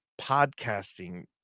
podcasting